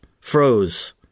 froze